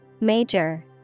Major